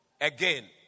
again